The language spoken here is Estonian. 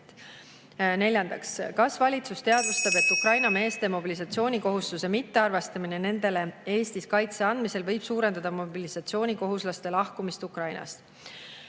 Neljandaks: "Kas valitsus teadvustab, et Ukraina meeste mobilisatsioonikohustuse mittearvestamine nendele Eestis kaitse andmisel võib suurendada mobilisatsioonikohuslaste lahkumist Ukrainast?"